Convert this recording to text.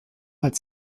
als